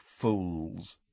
fools